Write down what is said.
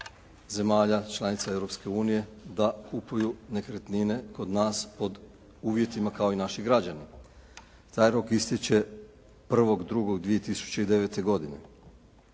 zemalja članica Europske unije da kupuju nekretnine kod nas pod uvjetima kao i naši građani. Taj rok istječe 1.2.2009. godine.